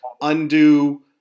undo